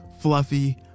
fluffy